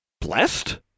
Blessed